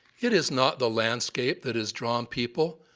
it is not the landscape that has drawn people,